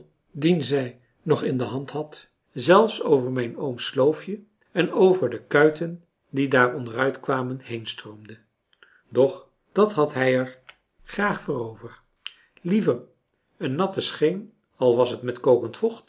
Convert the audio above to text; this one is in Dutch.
dien zij nog in de hand had zelfs over mijn ooms sloofje en over de kuiten die daar onderuit kwamen heenstroomde doch dat had hij er graag voor over liever een natte scheen al was t met kokend